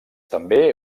també